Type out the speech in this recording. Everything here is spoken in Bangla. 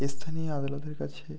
স্থানীয় আদালতের কাছে